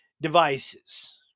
devices